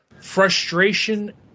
frustration